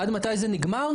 עד מתי זה נגמר?